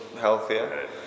healthier